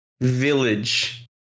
village